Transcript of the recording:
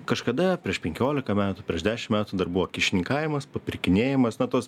kažkada prieš penkiolika metų prieš dešim metų dar buvo kyšininkavimas papirkinėjimas na tos